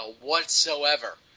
whatsoever